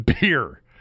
beer